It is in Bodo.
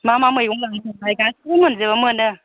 मा मा मैगं मोनो ओमफ्राय गासिबो मोनजोबो मोनो